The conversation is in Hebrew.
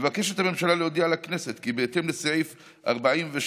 מבקשת הממשלה להודיע לכנסת כי בהתאם לסעיף 43ד(ד)